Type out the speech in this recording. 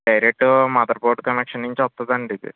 direct mother board connection నుంచి వస్తుందండి ఇది